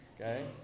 Okay